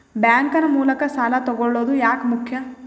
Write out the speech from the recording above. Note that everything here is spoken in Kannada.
ಬ್ಯಾಂಕ್ ನ ಮೂಲಕ ಸಾಲ ತಗೊಳ್ಳೋದು ಯಾಕ ಮುಖ್ಯ?